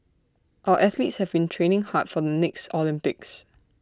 our athletes have been training hard for the next Olympics